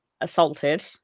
assaulted